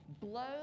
Blow